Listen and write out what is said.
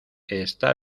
está